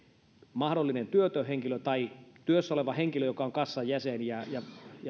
mahdollinen työtön henkilö tai työssä oleva henkilö joka on kassan jäsen ja